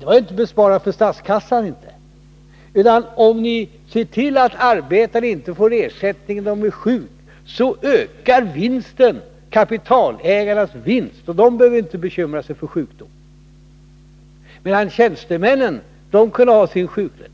Det var inte för att få besparingar för statskassan, utan motiveringen var: Om ni ser till att arbetarna inte får ersättning när de blir sjuka, så ökar kapitalägarnas vinst. De behöver inte bekymra sig för sjukdom, emedan tjänstemän kunde ha sin sjuklön.